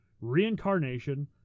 reincarnation